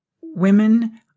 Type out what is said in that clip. women